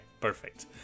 perfect